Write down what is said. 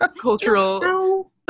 cultural